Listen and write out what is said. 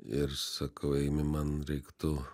ir sakau eimi man reiktų